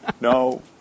No